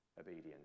obedience